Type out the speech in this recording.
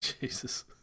Jesus